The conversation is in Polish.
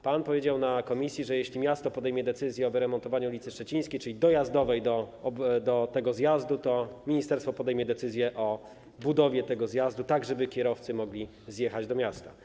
Pan powiedział na komisji, że jeśli miasto podejmie decyzję o wyremontowaniu ulicy Szczecińskiej, czyli dojazdowej do tego zjazdu, to ministerstwo podejmie decyzję o budowie tego zjazdu, tak żeby kierowcy mogli zjechać do miasta.